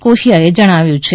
કોશિયાએ જણાવ્યું છે